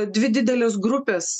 dvi didelės grupės